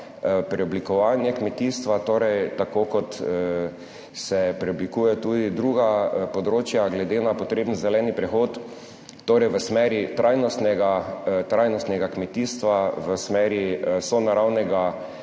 preoblikovanje kmetijstva, torej tako kot se preoblikuje tudi druga področja glede na potreben zeleni prehod, torej v smeri trajnostnega kmetijstva, v smeri sonaravnega